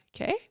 Okay